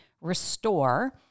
restore